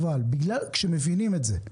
אבל כשמבינים את זה,